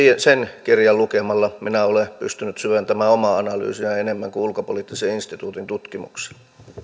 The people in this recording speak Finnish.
sen kirjan lukemalla minä olen pystynyt syventämään omaa analyysiani enemmän kuin ulkopoliittisen instituutin tutkimuksilla